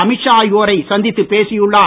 அமித் ஷா ஆகியோரை சந்தித்துப் பேசியுள்ளார்